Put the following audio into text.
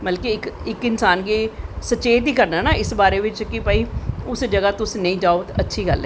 मतलव कि इक इंसान बी सचेत बी करना ऐ इक बारे कि भाई उस जगाह् तुस नेंई जाओ ते अच्छी गल्ल ऐ